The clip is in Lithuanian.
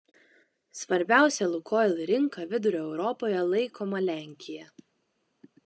svarbiausia lukoil rinka vidurio europoje laikoma lenkija